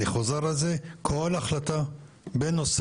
אני מבקש ממך יאסר שכל העיניים שלך וכל האנטנות